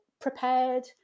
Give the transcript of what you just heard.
prepared